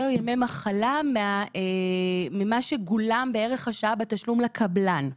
ימי מחלה מכפי שגולם בערך השעה בתשלום לקבלן,